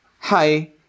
hi